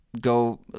go